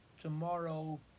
tomorrow